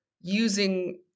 using